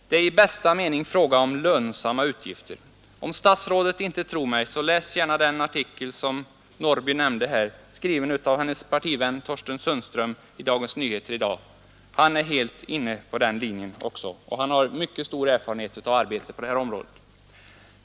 Det är fråga om i bästa mening lönsamma utgifter. Om statsrådet inte tror mig så läs gärna den artikel som herr Norrby i Gunnarskog nämnde, skriven av hennes partivän Thorsten Sundström i Dagens Nyheter i dag. Han är helt inne på den linjen också, och han har mycket stor erfarenhet av arbete på det här området.